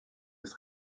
ist